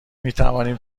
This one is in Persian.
میتوانیم